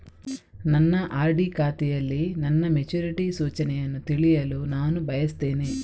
ನನ್ನ ಆರ್.ಡಿ ಖಾತೆಯಲ್ಲಿ ನನ್ನ ಮೆಚುರಿಟಿ ಸೂಚನೆಯನ್ನು ತಿಳಿಯಲು ನಾನು ಬಯಸ್ತೆನೆ